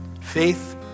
Faith